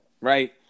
right